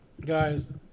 Guys